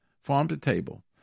farm-to-table